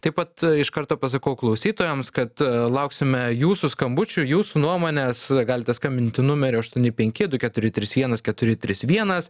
taip pat iš karto pasakau klausytojams kad lauksime jūsų skambučių jūsų nuomonės galite skambinti numeriu aštuoni penki du keturi trys vienas keturi trys vienas